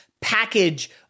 package